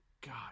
God